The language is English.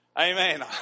Amen